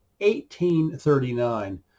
1839